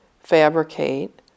fabricate